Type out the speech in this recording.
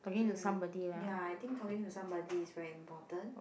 um ya I think talking to somebody is very important